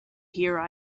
here